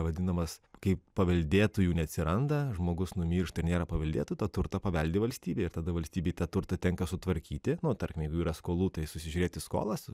vadinamas kai paveldėtojų neatsiranda žmogus numiršta nėra paveldėtojų tą turtą paveldi valstybė ir tada valstybei tą turtą tenka sutvarkyti nu tarkim jeigu yra skolų tai susižiūrėti skolas